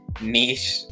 niche